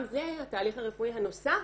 גם זה, התהליך הרפואי הנוסף